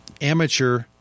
amateur